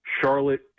Charlotte